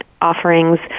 offerings